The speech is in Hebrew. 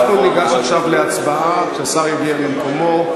אנחנו ניגש להצבעה כשהשר יגיע למקומו.